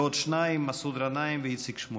לעוד שניים: מסעוד גנאים ואיציק שמולי.